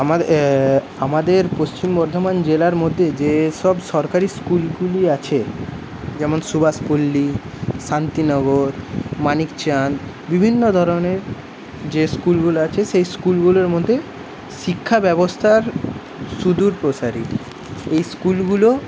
আমার আমাদের পশ্চিম বর্ধমান জেলার মধ্যে যে সব সরকারি স্কুলগুলি আছে যেমন সুভাষপল্লী শান্তিনগর মানিকচাঁদ বিভিন্ন ধরণের যে স্কুলগুলো আছে সেই স্কুলগুলোর মধ্যে শিক্ষা ব্যবস্থার সুদূরপ্রসারী এই স্কুলগুলো